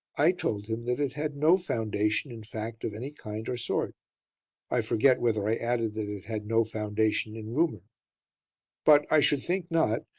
i told him that it had no foundation in fact of any kind or sort i forget whether i added that it had no foundation in rumour but i should think not,